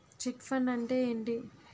Chit fund అంటే ఏంటి?